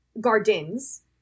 gardens